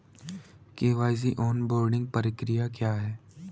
KYC onboarding प्रक्रिया क्या है?